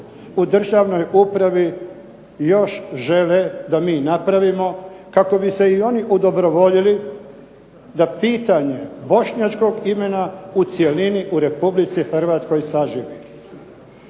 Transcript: u državnoj upravi još žele da mi napravimo kako bi se i oni udobrovoljili da pitanje bošnjačkog imena u cjelini u Republici Hrvatskoj saživi.